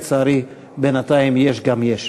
לצערי, בינתיים יש גם יש.